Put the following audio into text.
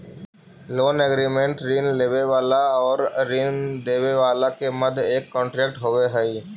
loan agreement ऋण लेवे वाला आउर ऋण देवे वाला के मध्य एक कॉन्ट्रैक्ट होवे हई